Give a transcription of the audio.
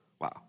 Wow